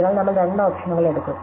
അതിനാൽ നമ്മൾ രണ്ട് ഓപ്ഷനുകൾ എടുക്കും